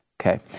Okay